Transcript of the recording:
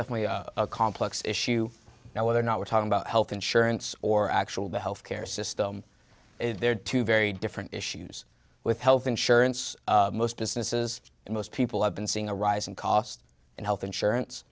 definitely a complex issue now whether or not we're talking about health insurance or actually the health care system there are two very different issues with health insurance most businesses and most people have been seeing a rise in cost in health insurance